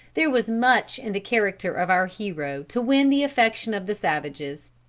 there was much in the character of our hero to win the affection of the savages.